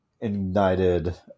ignited